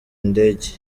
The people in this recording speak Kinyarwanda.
indege